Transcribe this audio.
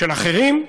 של אחרים,